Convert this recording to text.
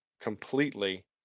completely